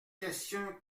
question